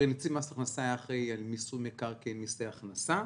נציב מס הכנסה היה אחראי על מיסוי מקרקעין ומיסי הכנסה